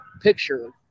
picture